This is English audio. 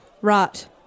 Right